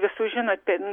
visų žinot ten